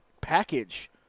package